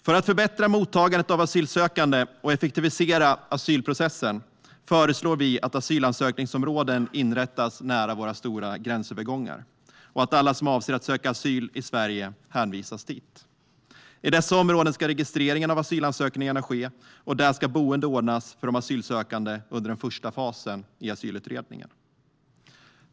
För att förbättra mottagandet av asylsökande och effektivisera asylprocessen föreslår vi att asylansökningsområden inrättas nära våra stora gränsövergångar och att alla som avser att söka asyl i Sverige hänvisas dit. I dessa områden ska registreringen av asylansökningarna ske, och där ska boende ordnas för de asylsökande under den första fasen i asylutredningen.